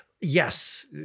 Yes